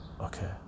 okay